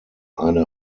eine